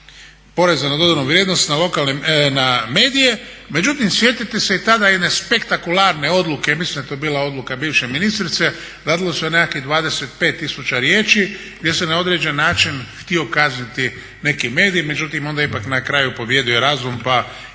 poreza na dodanu vrijednost na lokalnim medijima, međutim sjetite se i tada jedne spektakularne odluke, mislim da je to bila odluka bivše ministrice radilo se o nekakvih 25 tisuća riječi gdje se na određeni način htio kazniti neki medij, međutim onda je ipak na kraju pobijedio razum pa